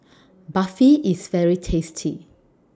Barfi IS very tasty